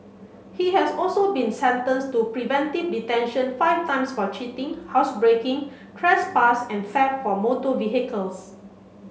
he has also been sentenced to preventive detention five times for cheating housebreaking trespass and theft of motor vehicles